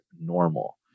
normal